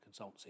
consultancy